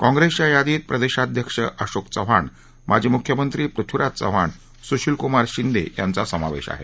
काँप्रेसच्या यादीत प्रदेशाध्यक्ष अशोक चव्हाण माजी मृख्यमंत्री पृथ्वीराज चव्हाण सुशीलकुमार शिंदे यांचा समावेश आहे